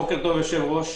בוקר טוב, היושב-ראש.